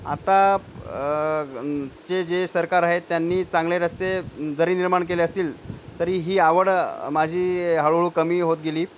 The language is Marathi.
आता चे जे सरकार आहे त्यांनी चांगले रस्ते जरी निर्माण केले असतील तरी ही आवड माझी हळूहळू कमी होत गेली